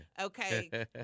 okay